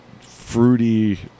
fruity